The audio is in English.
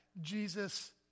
Jesus